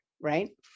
right